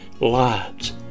lives